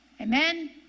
Amen